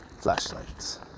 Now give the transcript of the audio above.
Flashlights